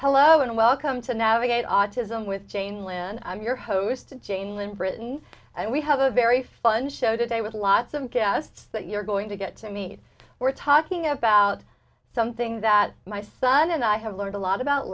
hello and welcome to navigate autism with jane lan i'm your host to jane lynn brittany and we have a very fun show today with lots of guests that you're going to get to me we're talking about something that my son and i have learned a lot about